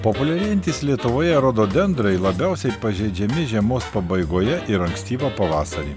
populiarėjantys lietuvoje rododendrai labiausiai pažeidžiami žiemos pabaigoje ir ankstyvą pavasarį